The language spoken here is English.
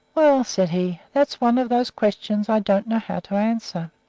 well, said he, that's one of those questions i don't know how to answer.